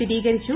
സ്ഥിരീകരിച്ചു